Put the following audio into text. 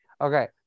Okay